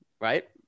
right